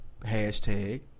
hashtag